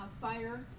Fire